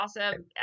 awesome